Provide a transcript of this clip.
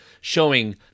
showing